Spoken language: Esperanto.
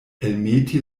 elmeti